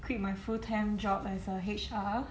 quit my full time job as a H_R